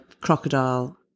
crocodile